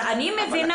אני מבינה